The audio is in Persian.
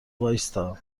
وایستا